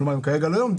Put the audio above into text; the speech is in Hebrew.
כלומר, הם לא יעמדו.